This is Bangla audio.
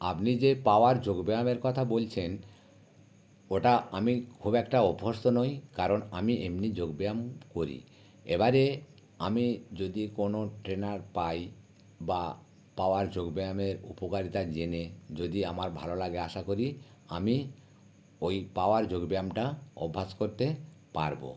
আপনি যে পাওয়ার যোগ ব্যায়ামের কথা বলছেন ওটা আমি খুব একটা অভ্যস্ত নই কারণ আমি এমনি যোগ ব্যায়াম করি এবারে আমি যদি কোনো ট্রেনার পাই বা পাওয়ার যোগ ব্যায়ামের উপকারিতা জেনে যদি আমার ভালো লাগে আশা করি আমি ওই পাওয়ার যোগ ব্যায়ামটা অভ্যাস করতে পারব